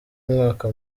umwaka